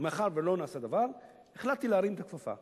ומאחר שלא נעשה דבר החלטתי להרים את הכפפה